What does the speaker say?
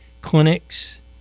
clinics